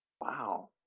Wow